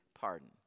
pardon